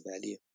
value